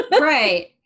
Right